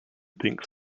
thinks